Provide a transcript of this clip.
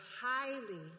highly